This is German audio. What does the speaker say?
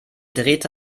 drehte